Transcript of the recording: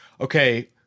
okay